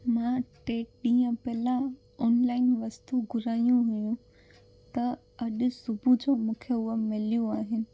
मां टे ॾींहं पहिरां ऑनलाइन वस्तु घुरायूं हुयूं त अॼु सुबुह जो मूंखे उहे मिलियूं आहिनि